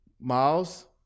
miles